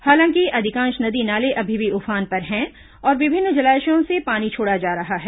हालांकि अधिकांश नदी नाले अभी भी उफान पर हैं और विभिन्न जलाशयों से पानी छोड़ा जा रहा है